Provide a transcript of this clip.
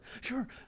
Sure